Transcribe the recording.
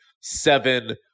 seven